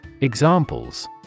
Examples